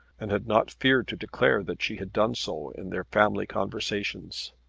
and had not feared to declare that she had done so in their family conversations.